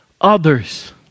others